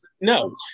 No